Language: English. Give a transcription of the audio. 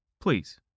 Please